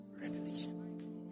Revelation